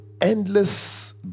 endless